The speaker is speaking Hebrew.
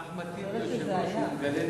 כשאחמד טיבי יושב-ראש הוא מגלה נדיבות.